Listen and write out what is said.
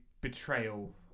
betrayal